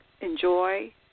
enjoy